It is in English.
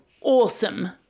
awesome